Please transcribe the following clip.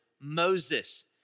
Moses